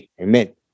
Amen